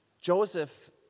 Joseph